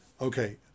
okay